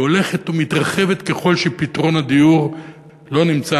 והיא הולכת ומתרחבת ככל שפתרון הדיור לא נמצא,